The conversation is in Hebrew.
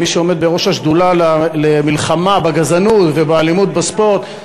כמי שעומד בראש השדולה למלחמה בגזענות ובאלימות בספורט,